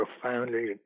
profoundly